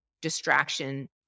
distraction